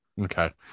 Okay